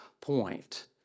point